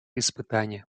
испытания